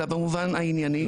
אלא במובן הענייני.